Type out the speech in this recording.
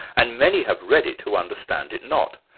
and many have read it who understand it not.